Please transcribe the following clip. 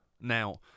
now